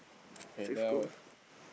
okay